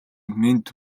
мэнд